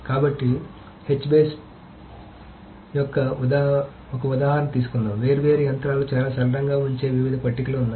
కాబట్టి H base H base యొక్క ఒక ఉదాహరణ తీసుకుందాం వేర్వేరు యంత్రాలు చాలా సరళంగా ఉంచే వివిధ పట్టికలు ఉన్నాయి